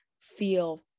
feel